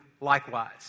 likewise